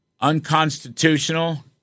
Unconstitutional